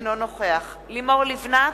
אינו נוכח לימור לבנת,